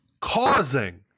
Causing